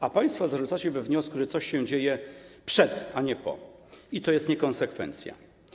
A państwo zarzucacie we wniosku, że coś się dzieje przed, a nie po - to jest niekonsekwencja.